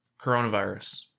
coronavirus